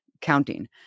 counting